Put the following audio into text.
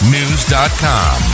News.com